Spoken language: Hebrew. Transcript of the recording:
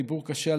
סיפור קשה,